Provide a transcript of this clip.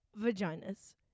vaginas